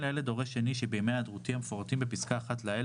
לילד הורה אחר שבימי היעדרותי המפורטים בפסקה (1) לעיל,